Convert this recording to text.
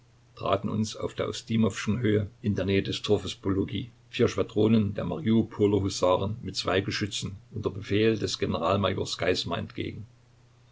traten uns auf der ustimowschen höhe in der nähe des dorfes pologi vier schwadronen der mariupoler husaren mit zwei geschützen unter befehl des generalmajors geismar entgegen